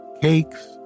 cakes